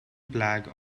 plaque